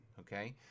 okay